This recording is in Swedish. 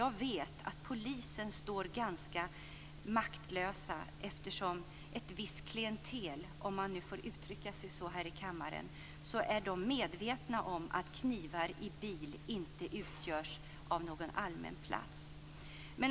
Jag vet att polisen står ganska maktlös eftersom ett visst klientel - om man får uttrycka sig så i kammaren - är medvetna om att knivar i bil inte omfattas av begreppet allmän plats.